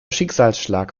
schicksalsschlag